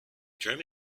term